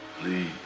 Please